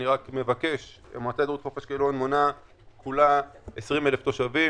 אני רק מבקש המועצה האזורית חוף אשקלון מונה כולה 20,000 תושבים